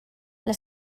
les